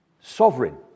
sovereign